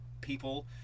people